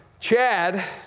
Chad